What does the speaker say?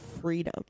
freedom